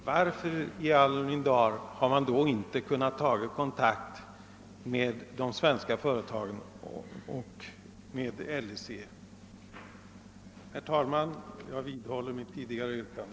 Varför i all sin dar har man då inte kunnat ta kontakt med de svenska privata företagen och med LIC? Herr talman! Jag vidhåller mitt tidigare yrkande.